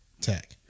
tech